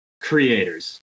creators